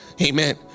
Amen